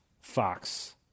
Fox